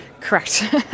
Correct